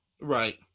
Right